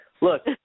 look